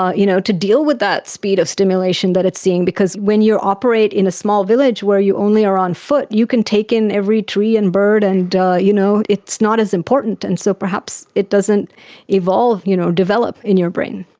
ah you know to deal with that speed of stimulation that it's seeing, because when you operate in a small village where you only are on foot, you can take in every tree and bird and you know it's not as important, and so perhaps it doesn't evolve or you know develop in your brain.